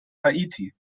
haiti